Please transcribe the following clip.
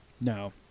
No